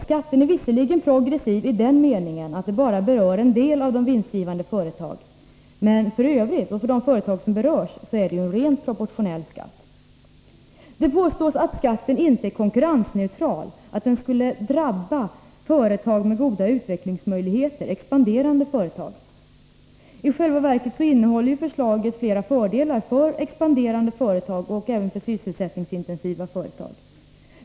Skatten är visserligen progressiv i den meningen att den bara berör en del av de vinstgivande företagen, men för de företag som berörs är det en rent proportionell skatt. Det påstås att skatten inte är konkurrensneutral, att den skulle drabba företag med goda utvecklingsmöjligheter, expanderande företag. I själva verket innehåller förslaget flera fördelar för expanderande och sysselsättningsintensiva företag.